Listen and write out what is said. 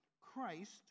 Christ